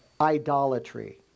idolatry